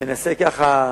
מנסה, ככה,